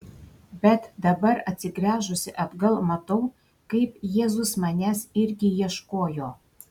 bet dabar atsigręžusi atgal matau kaip jėzus manęs irgi ieškojo